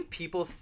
people